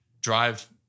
drive